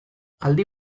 aldi